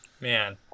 man